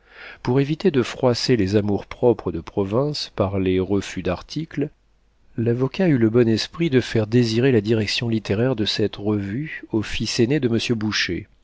pour éviter de froisser les amours-propres de province par les refus d'articles l'avocat eut le bon esprit de faire désirer la direction littéraire de cette revue au fils aîné de monsieur boucher